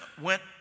went